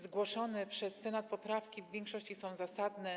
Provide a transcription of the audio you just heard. Zgłoszone przez Senat poprawki w większości są zasadne.